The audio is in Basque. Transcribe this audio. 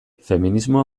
feminismoa